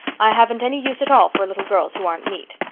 i haven't any use at all for little girls who aren't neat.